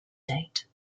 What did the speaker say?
date